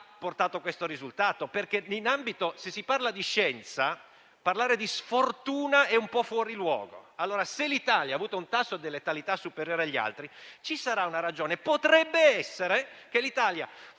portato a questo risultato? Nell'ambito della scienza, parlare di sfortuna è un po' fuori luogo. Se allora l'Italia ha avuto un tasso di letalità superiore agli altri, ci sarà una ragione; potrebbe essere che l'Italia,